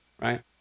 right